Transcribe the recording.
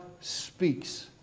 speaks